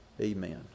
amen